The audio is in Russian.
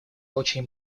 очень